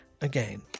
again